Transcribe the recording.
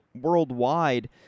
worldwide